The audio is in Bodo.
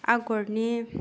आगरनि